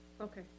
Okay